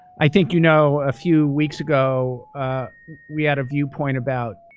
i think you know, a few weeks ago we had a viewpoint about